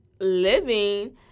living